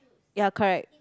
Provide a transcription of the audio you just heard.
ya correct